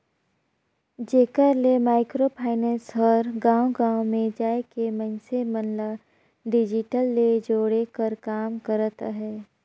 जेकर ले micro finance हर गाँव गाँव में जाए के मइनसे मन ल डिजिटल ले जोड़े कर काम करत अहे